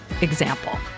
example